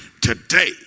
today